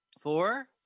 Four